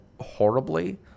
horribly